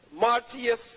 Martius